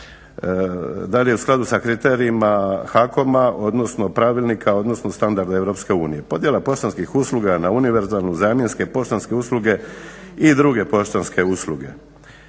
da li je u skladu sa kriterijima HAKOM-a odnosno pravilnika, odnosno standarda Europske unije. Podjela poštanskih usluga na univerzalnu, zamjenske i poštanske usluge i druge poštanske usluge.